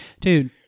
Dude